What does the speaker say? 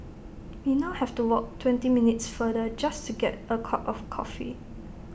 we now have to walk twenty minutes further just to get A cup of coffee